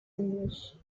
english